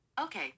Okay